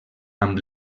amb